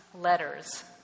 letters